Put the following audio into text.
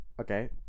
Okay